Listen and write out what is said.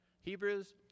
Hebrews